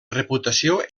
reputació